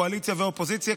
קואליציה ואופוזיציה,